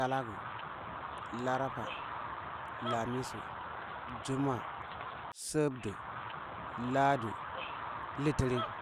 Talagu, laraba, lamisu, jumma, subdu, ladu, litinin